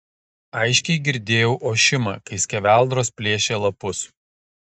aiškiai girdėjau ošimą kai skeveldros plėšė lapus